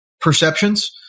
perceptions